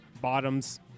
bottoms